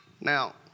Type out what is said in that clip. now